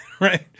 right